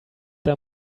them